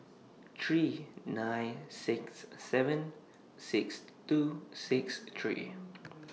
three nine six seven six two six three